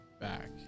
back